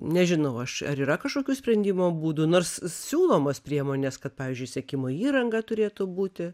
nežinau aš ar yra kažkokių sprendimo būdų nors siūlomos priemonės kad pavyzdžiui sekimo įranga turėtų būti